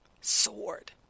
Sword